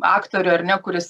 aktorių ar ne kuris